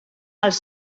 els